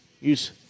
Use